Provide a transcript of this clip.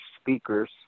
speakers